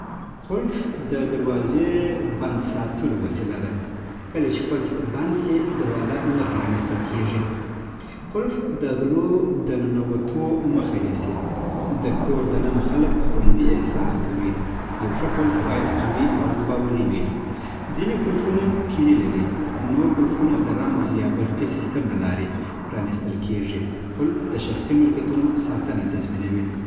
قلف د دروازې بند ساتلو وسیله ده. کله چې قلف بند سي، دروازه نه پرانیستل کېږي. قلف د غلو د ننوتو مخه نیسي. د کور دننه خلک خوندي احساس کوي. یو ښه قلف باید قوي او باوري وي. ځینې قلفونه کیلي لري. نور قلفونه د رمز یا برقي سیسټم له لارې پرانیستل کېږي. قلف د شخصي ملکیتونو ساتنه تضمینوي